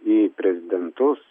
į prezidentus